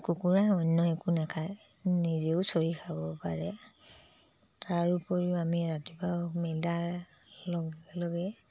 কুকুৰাই অন্য একো নাখায় নিজেও চৰি খাব পাৰে তাৰ উপৰিও আমি ৰাতিপুৱা মেলাৰ লগে লগে